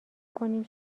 کنیم